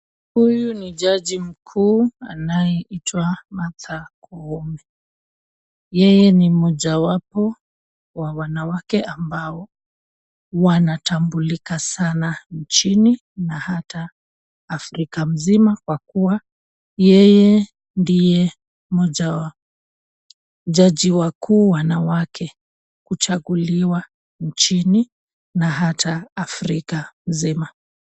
Huyu ni jaji mkuu anayeitwa Martha Koome. Yeye ni mojawapo wa wanawake ambao wanatambulika sana nchini na hata Afrika mzima kwa kuwa yeye ndiye mmoja wa jaji wakuu wanawake kuchaguliwa nchini na hata Afrika mzima.